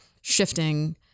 shifting